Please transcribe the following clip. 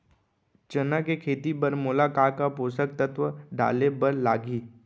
चना के खेती बर मोला का का पोसक तत्व डाले बर लागही?